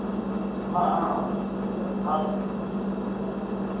हाँ हाँ आप